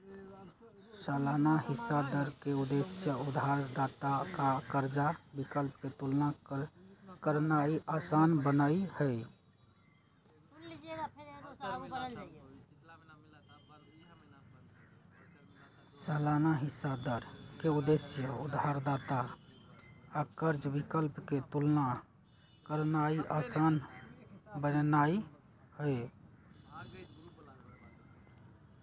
सालाना हिस्सा दर के उद्देश्य उधारदाता आ कर्जा विकल्प के तुलना करनाइ असान बनेनाइ हइ